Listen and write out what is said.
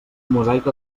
mosaic